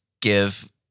give